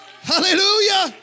Hallelujah